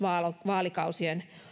vaalikausien yli